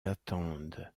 attendent